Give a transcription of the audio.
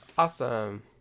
Awesome